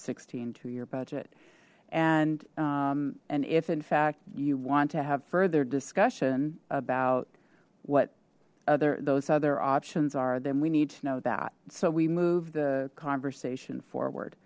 sixteen two year budget and and if in fact you want to have further discussion about what other those other options are then we need to know that so we move the conversation forward